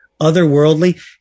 otherworldly